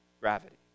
gravity